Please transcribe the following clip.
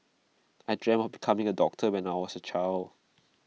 I dreamt of becoming A doctor when I was A child